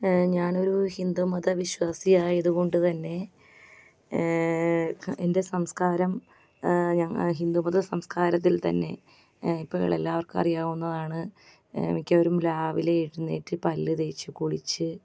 ഞാൻ ഒരു ഹിന്ദു മത വിശ്വാസിയായത് കൊണ്ട് തന്നെ എൻ്റെ സംസ്കാരം ഹിന്ദുമത സംസ്കാരത്തിൽ തന്നെ ആ ഇപ്പം എല്ലാവർക്കും അറിയാവുന്നതാണ് മിക്കവരും രാവിലെ എഴുന്നേറ്റ് പല്ല് തേച്ച് കുളിച്ച്